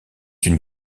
une